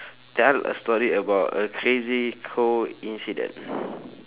tell a story about a crazy coincidence